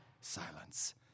Silence